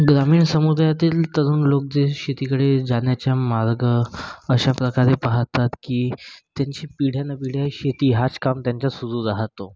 ग्रामीण समुदायातील तरुण लोक जे शेतीकडे जाण्याच्या मार्ग अशा प्रकारे पाहतात की त्यांची पिढ्यानपिढ्या शेती हाच काम त्यांचा सुरू राहतो